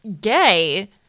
gay